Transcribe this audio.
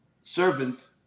servant